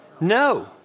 No